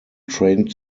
train